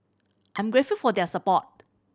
I'm grateful for their support